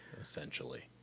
essentially